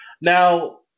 Now